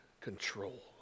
control